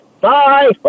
Bye